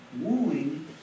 wooing